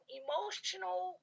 emotional